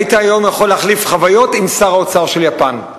היית היום יכול להחליף חוויות עם שר האוצר של יפן,